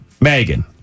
Megan